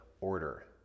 order